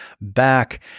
back